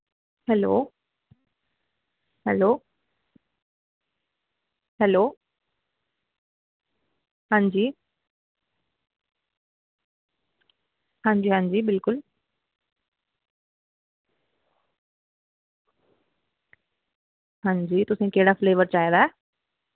hello hello hello हां जी हां जी हां जी बिल्कुल हां जी तुसेंगी केह्ड़ा फ्लेवर चाहिदा ऐ